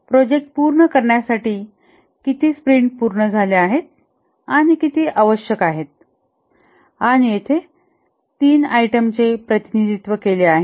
project पूर्ण करण्यासाठी किती स्प्रिंट पूर्ण झाले आहेत आणि किती आवश्यक आहेत आणि येथे 3 आयटमचे प्रतिनिधित्व केले आहे